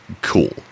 cool